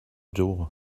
door